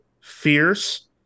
fierce